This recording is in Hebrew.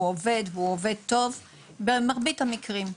הוא עובד והוא עובד טוב במרבית המקרים.